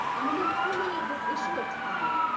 um and then finally, this issue of time.